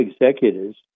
executives